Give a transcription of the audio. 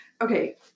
okay